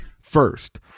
First